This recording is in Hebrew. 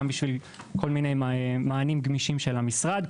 וגם בשביל כל מיני מענים גמישים של המשרד,